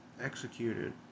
executed